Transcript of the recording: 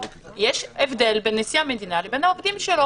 יש הבדל בין נשיא המדינה לבין העובדים שלו,